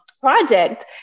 project